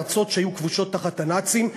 בארצות שהיו כבושות תחת הנאצים,